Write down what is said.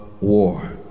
war